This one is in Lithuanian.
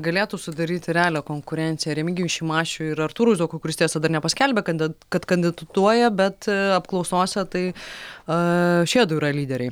galėtų sudaryti realią konkurenciją remigijui šimašiui ir artūrui zuokui kuris tiesa dar nepaskelbė kandidato kad kandidatuoja bet apklausose tai šiedu yra lyderiai